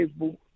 Facebook